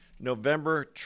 November